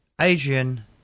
Adrian